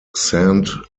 saint